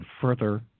further